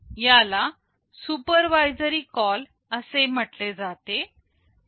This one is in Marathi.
याला सुपरवाइजरी कॉल असे म्हटले जाते